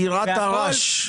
דירת הרש.